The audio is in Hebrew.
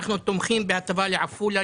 אנחנו תומכים בהטבה לעפולה,